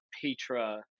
Petra